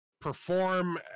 perform